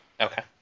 Okay